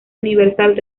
universal